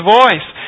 voice